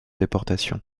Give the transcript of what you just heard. déportation